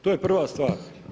To je prva stvar.